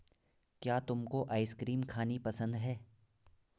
क्या तुमको आइसक्रीम खानी पसंद है?